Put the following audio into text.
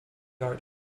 art